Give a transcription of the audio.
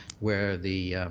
where the